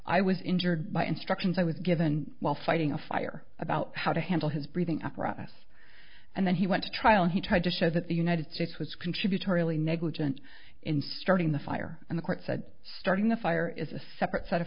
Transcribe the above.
i was injured by instructions i was given while fighting a fire about how to handle his breathing apparatus and then he went to trial and he tried to show that the united states was contributory negligence in starting the fire and the court said starting the fire is a separate set of